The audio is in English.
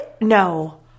No